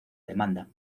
demanda